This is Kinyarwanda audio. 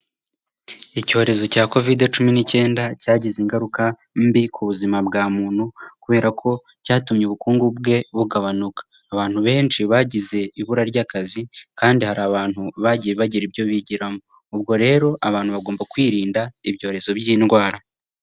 Icyorezo cya covide cumi n'icyenda cyagize ingaruka mbi ku buzima bwa muntu kubera ko cyatumye ubukungu bwe bugabanuka. Abantu benshi bagize ibura ry'akazi kandi hari abantu bagiye bagira ibyo bigiramo. Ubwo rero abantu bagomba kwirinda ibyorezo by'indwara.